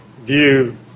view